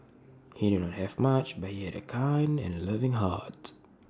he did not have much but he had A kind and loving heart